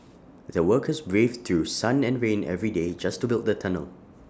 the workers braved through sun and rain every day just to build the tunnel